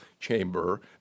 chamber